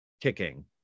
kicking